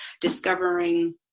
discovering